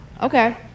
Okay